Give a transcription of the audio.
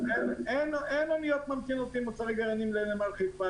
אין אוניות עם מוצרי גרעינים שממתינות בנמל חיפה,